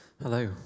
Hello